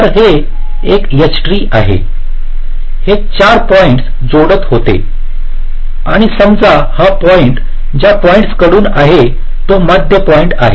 तर हे एक H ट्री आहे हे 4 पॉईंट्स जोडत होते आणि समजा हा पॉईंट् ज्या पॉईंट् कडून आहे तो मध्य पॉईंट् आहे